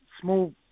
small